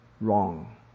wrong